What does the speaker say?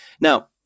Now